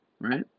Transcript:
Right